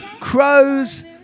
Crows